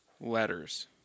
letters